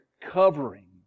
covering